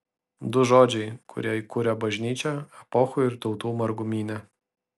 du žodžiai kurie kuria bažnyčią epochų ir tautų margumyne